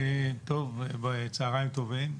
צהריים טובים.